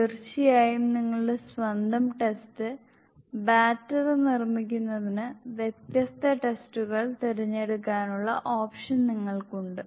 തീർച്ചയായും നിങ്ങളുടെ സ്വന്തം ടെസ്റ്റ് ബാറ്ററി നിർമ്മിക്കുന്നതിന് വ്യത്യസ്ത ടെസ്റ്റുകൾ തിരഞ്ഞെടുക്കാനുള്ള ഓപ്ഷൻ നിങ്ങൾക്ക് ഉണ്ട്